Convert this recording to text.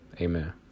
Amen